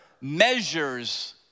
measures